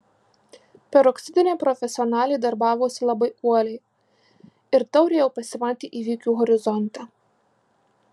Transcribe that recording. peroksidinė profesionalė darbavosi labai uoliai ir taurė jau pasimatė įvykių horizonte